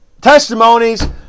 testimonies